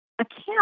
account